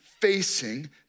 facing